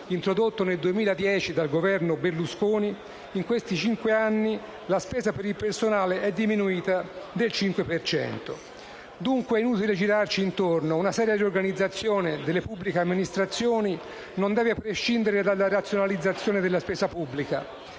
introdotto nel 2010 dal Governo Berlusconi, in questi ultimi cinque anni la spesa per il personale è diminuita del 5 per cento. Dunque, è inutile girarci intorno: una seria riorganizzazione delle pubbliche amministrazioni non deve prescindere dalla razionalizzazione della spesa pubblica,